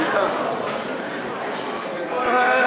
לדבר על,